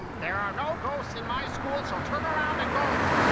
there are no ghosts in my school, so turn around and go.